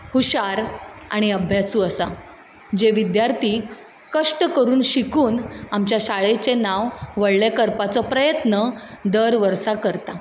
हुशार आनी अभ्यासू आसा जे विद्यार्थी कश्ट करून शिकून आमच्या शाळेचें नांव व्हडलें करपाचो प्रयत्न दर वर्सा करता